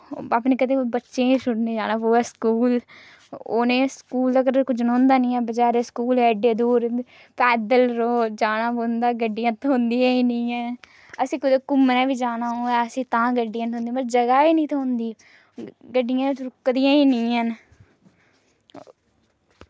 अपने कदें बच्चें गी गै छुड़ने गी जाना पवै स्कूल ते उ'नें स्कूल धोड़ी पजोंदा निं ऐ बचैरें स्कूल गै इन्नी दूर पैदल रोड़ जाना पौंदा गड्डियां थ्होंदियां निं ऐं असें ई कोई घुम्मनै गी गै जाना होऐ असें ई तां गै गड्डियां निं थ्होंदियां मतलब जगह् निं थ्होंदी गड्डियां रुकदियां निं हैन